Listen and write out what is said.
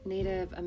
Native